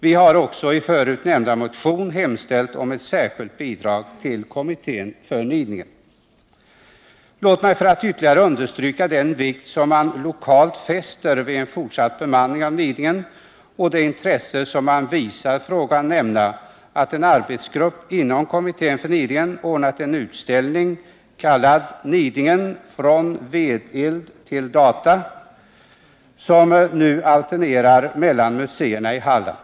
Vi har också i tidigare nämnda motion hemställt om ett särskilt bidrag till kommittén för Nidingen. Låt mig, för att ytterligare understryka den vikt som man lokalt fäster vid en fortsatt bemanning av Nidingen samt det intresse som man visar i frågan, nämna att en arbetsgrupp inom kommittén för Nidingen ordnat en utställning kallad Nidingen — från vedeld till data, som nu aiternerar mellan museerna i Halland.